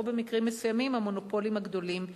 במקרים מסוימים המונופולים הגדולים במשק.